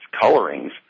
colorings